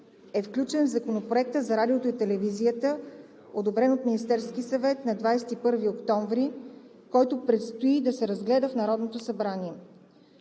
е включен в Законопроекта за радиото и телевизията, одобрен от Министерския съвет на 21 октомври, който предстои да се разгледа в Народното събрание.